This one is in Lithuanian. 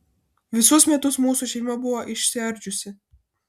visus metus mūsų šeima buvo išsiardžiusi